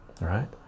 right